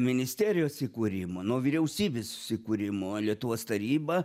ministerijos įkūrimo nuo vyriausybės susikūrimo lietuvos taryba